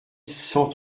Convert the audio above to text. cent